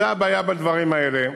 זו הבעיה בדברים האלה,